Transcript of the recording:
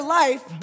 life